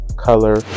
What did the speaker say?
Color